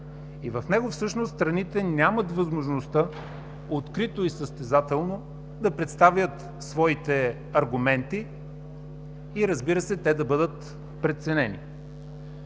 И в него всъщност страните нямат възможността открито и състезателно да представят своите аргументи и, разбира се, те да бъдат преценени.